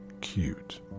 Cute